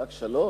רק שלוש?